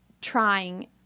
trying